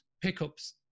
pickups